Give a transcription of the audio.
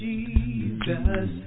Jesus